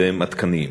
והם עדכניים.